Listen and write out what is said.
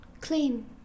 Clean